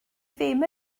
ddim